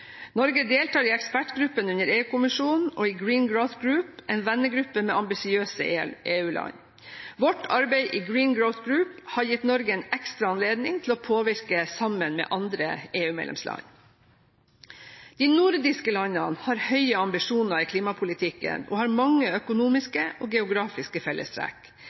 Norge deltar i ekspertgruppene under EU-kommisjonen og i Green Growth Group, en vennegruppe med ambisiøse EU-land. Vårt arbeid i Green Growth Group har gitt Norge en ekstra anledning til å påvirke sammen med andre EU-medlemsland. De nordiske landene har høye ambisjoner i klimapolitikken og har mange økonomiske og geografiske fellestrekk.